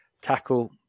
tackle